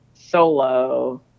solo